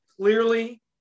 clearly